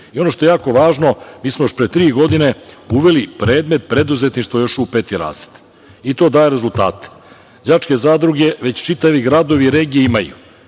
vidi. Ono što je jako važno, mi smo još pre tri godine uveli predmet - preduzetništvo još u peti razred, i to daje rezultate. Đačke zadruge, već čitavi gradovi i regije imaju